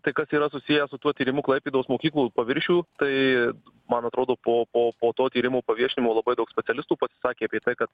tai kad yra susiję su tuo tyrimu klaipėdos mokyklų paviršių tai man atrodo po po po to tyrimo paviešinimo labai daug specialistų pasisakė apie tai kad